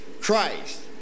Christ